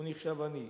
הוא נחשב עני.